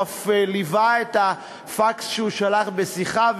הוא אף ליווה את הפקס שהוא שלח בשיחה,